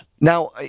Now